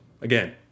Again